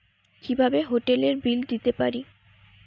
কিভাবে হোটেলের বিল দিতে পারি?